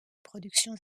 productions